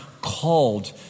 called